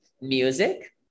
music